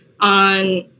on